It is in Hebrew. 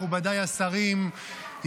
מכובדיי השרים,